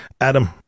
Adam